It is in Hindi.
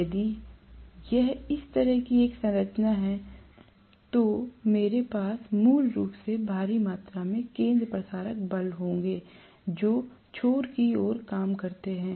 यदि यह इस तरह की एक संरचना है तो मेरे पास मूल रूप से भारी मात्रा में केन्द्रापसारक बल होंगे जो छोर की ओर काम करते हैं